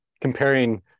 Comparing